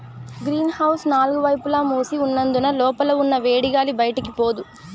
green house నాలుగు వైపులా మూసి ఉన్నందున లోపల ఉన్న వేడిగాలి బయటికి పోదు